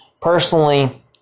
Personally